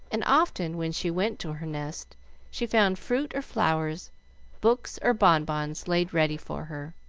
and often when she went to her nest she found fruit or flowers books or bon-bons, laid ready for her.